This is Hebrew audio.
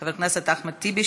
חבר הכנסת אחמד טיבי,